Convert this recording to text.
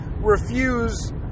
refuse